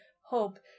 hope